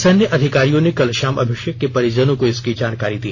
सैन्य अधिकारियों ने कल शाम अभिषेक के परिजनों को इसकी जानकारी दी